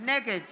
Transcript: נגד